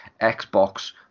Xbox